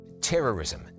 terrorism